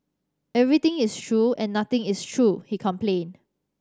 everything is true and nothing is true he complained